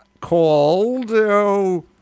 called